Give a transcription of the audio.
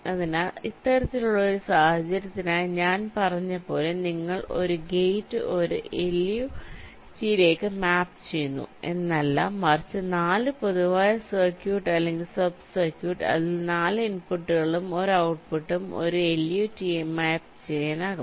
അതിനാൽ ഇത്തരത്തിലുള്ള ഒരു സാഹചര്യത്തിനായി ഞാൻ പറഞ്ഞതുപോലെ നിങ്ങൾ ഒരു ഗേറ്റ് ഒരു LUT ലേക്ക് മാപ്പുചെയ്യുന്നു എന്നല്ല മറിച്ച് 4 പൊതുവായ സർക്യൂട്ട് അല്ലെങ്കിൽ സബ് സർക്യൂട്ട് അതിൽ 4 ഇൻപുട്ടുകളും 1 ഔട്ട്പുട്ടും ഒരു LUT ആയി മാപ്പുചെയ്യാനാകും